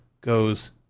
goes